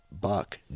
buck